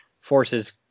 forces